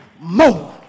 more